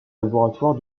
laboratoire